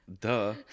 duh